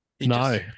No